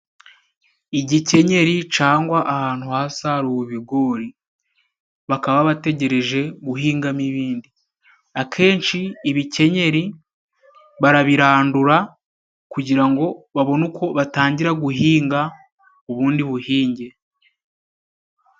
Igikenyeri cangwa ahantu hasaruwe ibigori bakaba bategereje guhingamo ibindi, akenshi ibikenyeri barabirandura kugira ngo babone uko batangira guhinga ubundi buhinge.